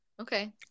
Okay